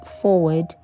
forward